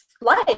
life